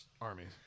armies